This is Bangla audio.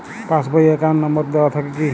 পাস বই এ অ্যাকাউন্ট নম্বর দেওয়া থাকে কি?